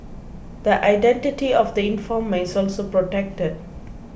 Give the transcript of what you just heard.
the identity of the informer is also protected